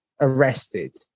arrested